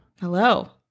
Hello